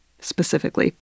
specifically